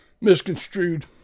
misconstrued